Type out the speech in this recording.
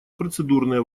процедурные